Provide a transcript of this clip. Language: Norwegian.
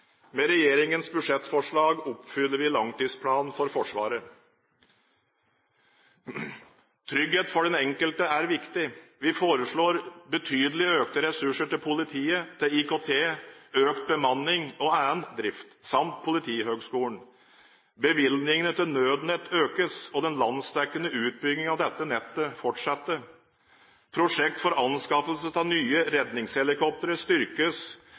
Med Regjeringens budsjettforslag oppfyller vi langtidsplanen for Forsvaret. Trygghet for den enkelte er viktig. Vi foreslår betydelig økte ressurser til politiet til IKT, økt bemanning og annen drift, samt til Politihøgskolen. Bevilgningene til Nødnett økes, og den landsdekkende utbyggingen av dette nettet fortsetter. Prosjektet for anskaffelse av nye redningshelikoptre styrkes,